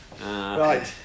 right